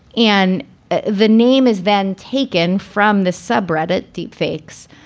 and ah the name is then taken from the subreddit deep fakes.